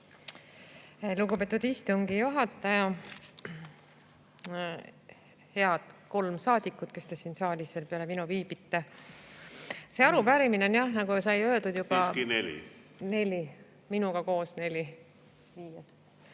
Lugupeetud istungi juhataja! Head kolm saadikut, kes te siin saalis peale minu viibite! See arupärimine on, nagu sai öeldud … Siiski neli. Neli, minuga koos neli.